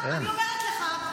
אני אומרת לך,